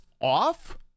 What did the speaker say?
off